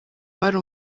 bari